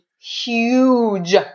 Huge